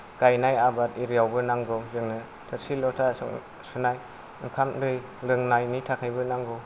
गायनाय आबाद एरियाआवबो नांगौ जोंनो थोरसि लथा सुनाय ओंखाम दै लोंनायनि थाखायबो नांगौ